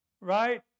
Right